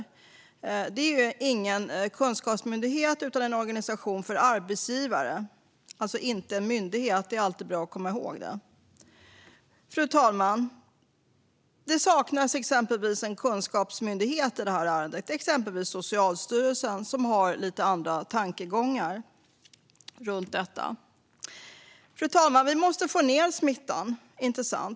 Detta är ju ingen kunskapsmyndighet utan en organisation för arbetsgivare. Det är alltså inte en myndighet - det är alltid bra att komma ihåg. Fru talman! Det saknas en kunskapsmyndighet i detta ärende, exempelvis Socialstyrelsen, som har lite andra tankegångar runt detta. Fru talman! Vi måste få ned smittan.